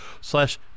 Slash